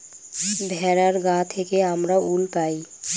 ভেড়ার গা থেকে আমরা উল পাই